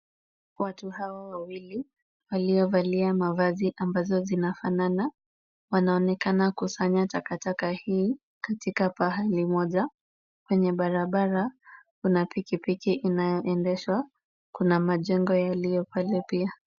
Watu hawa wawili waliovalia mavazi ambazo zinafanana, wanaonekana kusanya takataka hii katika pahali moja. Kwenye barabara kuna pikipiki inayoendeshwa. Kuna majengo yaliyo pale pia.